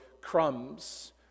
crumbs